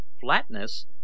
flatness